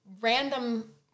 random